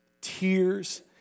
tears